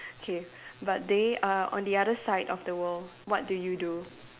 okay but they are on the other side of the world what do you do